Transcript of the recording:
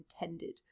intended